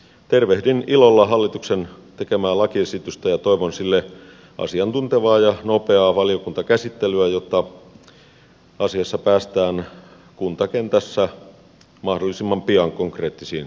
tervehdin ilolla hallituksen tekemää lakiesitystä ja toivon sille asiantuntevaa ja nopeaa valiokuntakäsittelyä jotta asiassa päästään kuntakentässä mahdollisimman pian konkreettisiin toimenpiteisiin